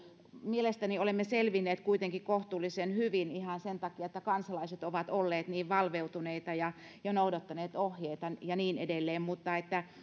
mielestäni olemme selvinneet kuitenkin kohtuullisen hyvin ihan sen takia että kansalaiset ovat olleet niin valveutuneita ja ja noudattaneet ohjeita ja niin edelleen mutta